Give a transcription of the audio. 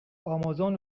آمازون